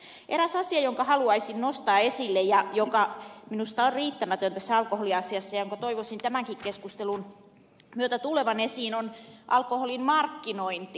eräs asia jonka haluaisin nostaa esille ja joka minusta on riittämätön tässä alkoholiasiassa ja jonka toivoisin tämänkin keskustelun myötä tulevan esiin on alkoholin markkinointi